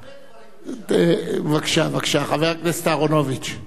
בבקשה, חבר הכנסת אהרונוביץ.